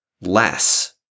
less